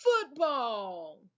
football